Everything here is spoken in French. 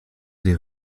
des